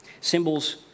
Symbols